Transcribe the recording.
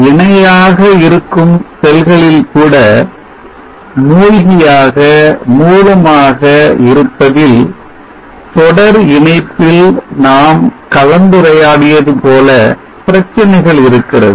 இணையாக இருக்கும் செல்களில் கூட மூழ்கியாக மூலமாக இருப்பதில் தொடர் இணைப்பில் நாம் கலந்துரையாடியது போல பிரச்சினைகள் இருக்கிறது